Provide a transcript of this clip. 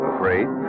Afraid